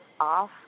off